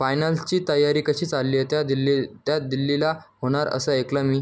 फायनल्सची तयारी कशी चालली आहे त्या दिल्ली त्या दिल्लीला होणार असं ऐकलं मी